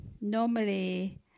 Normally